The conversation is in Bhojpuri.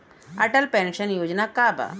अटल पेंशन योजना का बा?